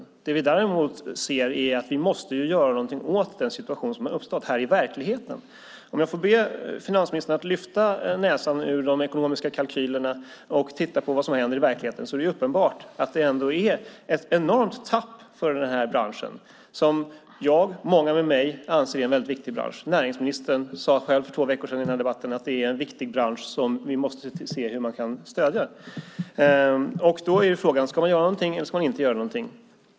Det som vi däremot ser är att vi måste göra någonting åt den situation som har uppstått här i verkligheten. Om jag får be finansministern att lyfta näsan ur de ekonomiska kalkylerna och titta på vad som händer i verkligheten är det uppenbart att det ändå är ett enormt tapp för denna bransch som jag och många med mig anser är en viktig bransch. Näringsministern sade för två veckor sedan i en debatt att det är en viktig bransch som vi måste se hur man kan stödja. Då är frågan: Ska man göra någonting, eller ska man inte göra någonting?